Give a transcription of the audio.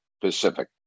Pacific